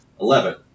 Eleven